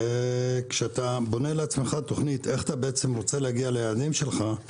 וכשאתה בונה לעצמך תוכנית איך אתה רוצה להגיע ליעדים שלך,